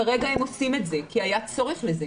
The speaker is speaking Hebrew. כרגע הם עושים את זה כי היה צורך בזה,